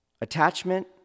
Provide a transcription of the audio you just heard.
attachment